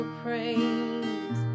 praise